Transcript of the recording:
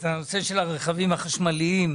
את הנושא של הרכבים החשמליים.